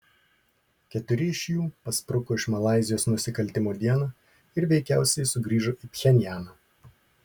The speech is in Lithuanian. keturi iš jų paspruko iš malaizijos nusikaltimo dieną ir veikiausiai sugrįžo į pchenjaną